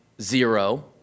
zero